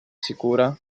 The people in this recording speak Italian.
sicura